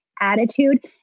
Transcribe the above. attitude